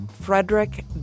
Frederick